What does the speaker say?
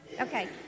Okay